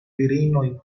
virinoj